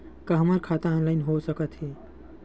का हमर खाता ऑनलाइन हो सकथे?